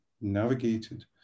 navigated